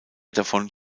davon